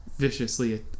Viciously